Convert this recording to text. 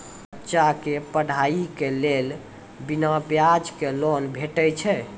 बच्चाक पढ़ाईक लेल बिना ब्याजक लोन भेटै छै?